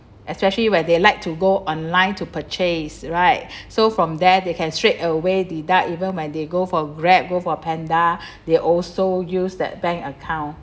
especially where they like to go online to purchase right so from there they can straight away deduct even when they go for Grab go for panda they also use that bank account